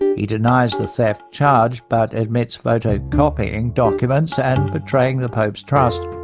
he denies the theft charge, but admits photocopying documents and betraying the pope's trust.